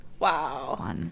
Wow